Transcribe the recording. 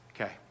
okay